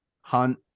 hunt